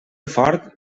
fort